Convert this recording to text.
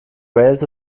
wales